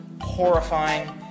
horrifying